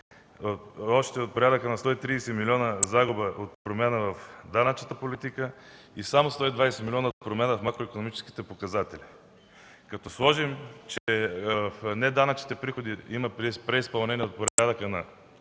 още от порядъка на 130 милиона – загуба от промяна в данъчната политика, и само 120 милиона – от промяна в макроикономическите показатели. Като сложим, че неданъчните приходи имат преизпълнение от порядъка на